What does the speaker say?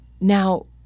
Now